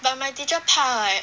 but my teacher 怕 like